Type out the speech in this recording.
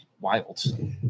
Wild